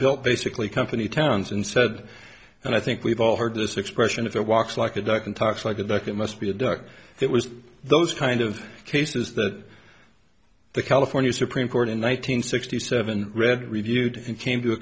built basically company towns and said and i think we've all heard this expression if it walks like a duck and talks like a duck it must be a duck it was those kind of cases that the california supreme court in one nine hundred sixty seven read reviewed and came to a